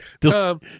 Tom